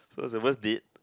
so it's the worst date